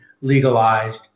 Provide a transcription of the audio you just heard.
legalized